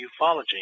ufology